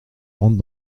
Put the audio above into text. rentre